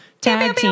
Team